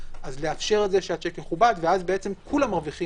לאפשר את זה שהשיק יכובד וכך כולם מרוויחים